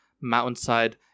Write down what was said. mountainside